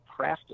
crafted